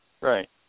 Right